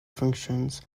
functions